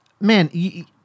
man